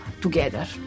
together